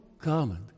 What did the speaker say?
comment